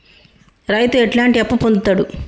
రైతు ఎట్లాంటి అప్పు పొందుతడు?